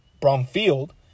Bromfield